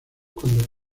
cuando